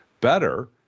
better